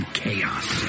chaos